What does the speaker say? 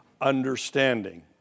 understanding